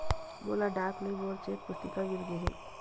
मोला डाक ले मोर चेक पुस्तिका मिल गे हे